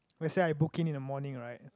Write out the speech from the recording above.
let's say book in in the morning [right]